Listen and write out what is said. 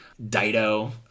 Dido